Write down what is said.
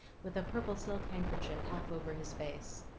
with a purple silk handkerchief half over his face.